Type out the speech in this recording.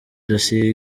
dosiye